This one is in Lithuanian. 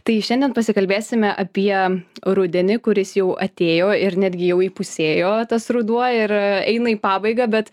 tai šiandien pasikalbėsime apie rudenį kuris jau atėjo ir netgi jau įpusėjo tas ruduo ir eina į pabaigą bet